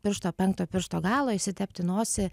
piršto penkto piršto galo išsitepti nosį